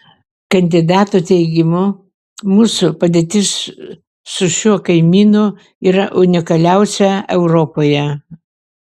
kandidato teigimu mūsų padėtis su šiuo kaimynu yra unikaliausia europoje